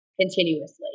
continuously